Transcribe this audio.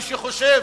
מי שחושב